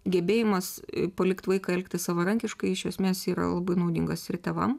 gebėjimas palikt vaiką elgtis savarankiškai iš esmės yra labai naudingas ir tėvam